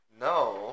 No